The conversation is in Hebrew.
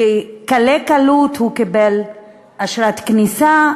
בקלי קלות הוא קיבל אשרת כניסה,